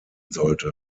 sollte